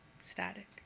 static